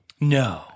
No